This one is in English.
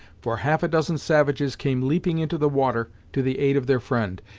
for half a dozen savages came leaping into the water to the aid of their friend,